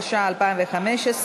התשע"ה 2015,